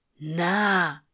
Nah